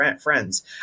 friends